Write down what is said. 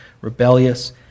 rebellious